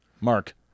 Mark